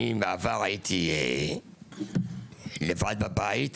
בעבר הייתי לבד בבית,